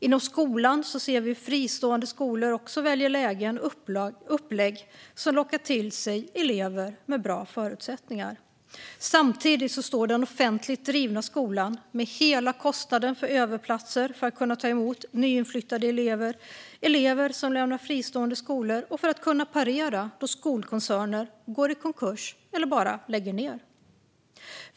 Inom skolan ser vi hur fristående skolor väljer lägen och upplägg som lockar till sig elever med bra förutsättningar. Samtidigt står den offentligt drivna skolan med hela kostnaden för överplatser för att kunna ta emot nyinflyttade elever och elever som lämnar fristående skolor och för att kunna parera då skolkoncerner går i konkurs eller bara lägger ned.